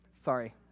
Sorry